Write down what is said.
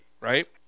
right